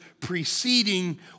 preceding